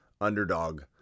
Underdog